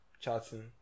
Chatting